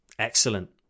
Excellent